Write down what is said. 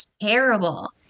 terrible